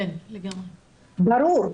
ברור.